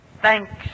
Thanks